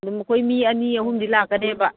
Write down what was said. ꯑꯗꯨꯝ ꯑꯩꯈꯣꯏ ꯃꯤ ꯑꯅꯤ ꯑꯍꯨꯝꯗꯤ ꯂꯥꯛꯀꯅꯦꯕ